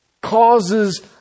causes